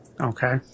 Okay